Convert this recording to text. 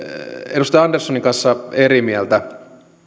edustaja anderssonin kanssa eri mieltä